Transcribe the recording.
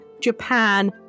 japan